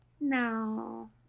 No